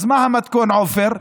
אז מה המתכון, עופר?